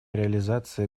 реализация